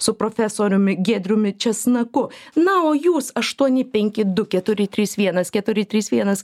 su profesoriumi giedriumi česnaku na o jūs aštuoni penki du keturi trys vienas keturi trys vienas